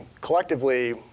collectively